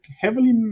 heavily